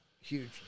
huge